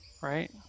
right